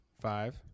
five